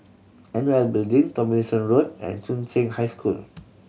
N O L Building Tomlinson Road and Chung Cheng High School